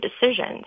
decisions